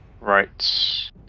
Right